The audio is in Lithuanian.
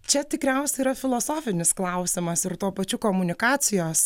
čia tikriausiai yra filosofinis klausimas ir tuo pačiu komunikacijos